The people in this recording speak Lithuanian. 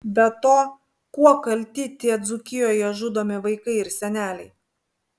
be to kuo kalti tie dzūkijoje žudomi vaikai ir seneliai